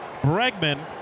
Bregman